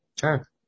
Sure